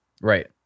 Right